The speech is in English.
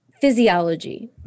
physiology